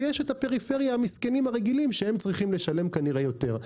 ויש את אנשי הפריפריה המסכנים הרגילים שצריכים לשלם כנראה יותר.